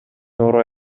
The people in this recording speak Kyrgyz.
орой